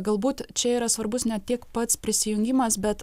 galbūt čia yra svarbus ne tik pats prisijungimas bet